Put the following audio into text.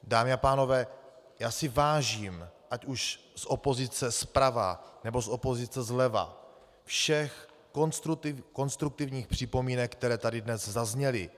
Dámy a pánové, já si vážím, ať už z opozice zprava, nebo z opozice zleva, všech konstruktivních připomínek, které tady dnes zazněly.